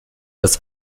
das